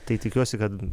tai tikiuosi kad